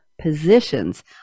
positions